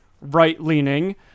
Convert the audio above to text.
right-leaning